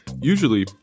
Usually